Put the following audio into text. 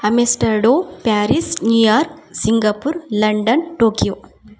Amsterdam Paris New York Singapore London Tokyo